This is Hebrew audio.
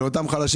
לאותם חלשים.